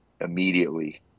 immediately